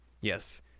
Yes